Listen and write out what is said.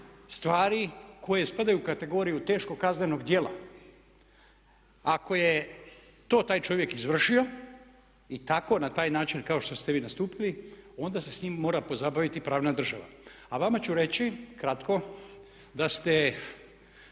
stvari koje ispadaju u kategoriju teškog kaznenog djela. Ako je to taj čovjek izvršio i tako na taj način kao što ste vi nastupili onda se s njim mora pozabaviti pravna država, a vama ću reći kratko da ste